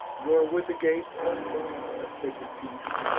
nor would the gates unbar of sacred peace,